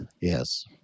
Yes